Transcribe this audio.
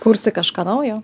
kursi kažką naujo